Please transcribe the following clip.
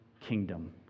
kingdom